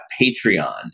Patreon